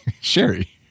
Sherry